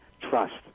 trust